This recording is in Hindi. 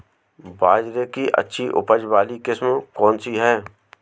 बाजरे की अच्छी उपज वाली किस्म कौनसी है?